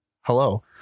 hello